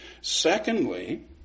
Secondly